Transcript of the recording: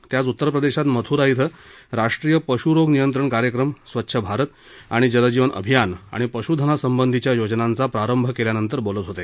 ते आज उत्तर प्रदेशात मथुरा इथं राष्ट्रीय पशु रोग नियंत्रण कार्यक्रम स्वच्छ भारत आणि जलजीवन अभियान आणि पशूधना संबंधीच्या योजनांचा प्रारंभ केल्यानंतर बोलत होते